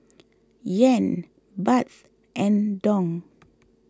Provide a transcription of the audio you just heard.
Yen Baht and Dong